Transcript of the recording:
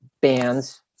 bands